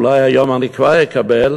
אולי היום אני כבר אקבל,